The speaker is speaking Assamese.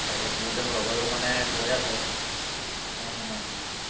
তাকে দুই এজন লগৰেও মানে কৈ আছে